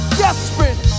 desperate